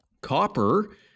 Copper